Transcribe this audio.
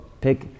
pick